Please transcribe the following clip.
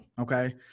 Okay